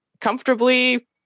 comfortably